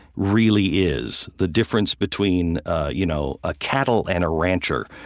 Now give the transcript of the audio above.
really is. the difference between you know a cattle and a rancher.